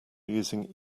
using